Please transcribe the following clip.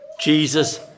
Jesus